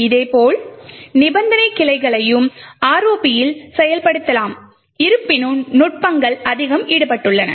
இதேபோல் நிபந்தனைக் கிளைகளையும் ROP இல் செயல்படுத்தலாம் இருப்பினும் நுட்பங்கள் அதிகம் ஈடுபட்டுள்ளன